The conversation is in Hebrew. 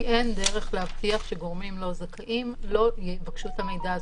כי אין דרך להבטיח שגורמים לא זכאים לא יבקשו את המידע הזה.